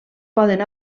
poden